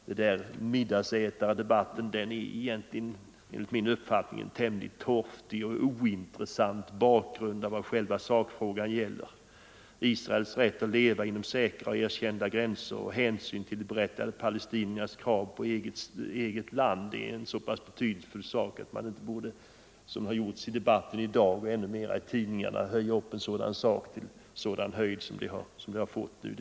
Den där middagsätardebatten är, enligt min uppfattning, tämligen torftig och ointressant mot bakgrund av vad själva sakfrågan gäller: Israels rätt att leva inom säkra och erkända gränser och hänsyn till berättigade palestinska krav på eget land. Detta är så betydelsefullt att man inte i debatten borde höja frågan om middagssällskap till en sådan nivå som man gjort här i dag och ännu mer i tidningarna.